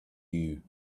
you